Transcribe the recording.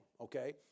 Okay